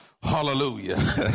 Hallelujah